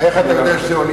איך אתה יודע שזה עולים?